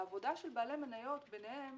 בעבודה של בעלי מניות ביניהם